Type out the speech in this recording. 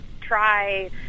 try